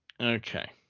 okay